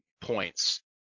points